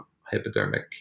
hypodermic